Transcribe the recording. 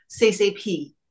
CCP